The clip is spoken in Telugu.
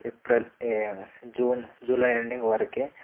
ఏప్రిల్ ఏ జూన్ జూలై ఎండింగ్ వరికే